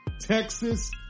texas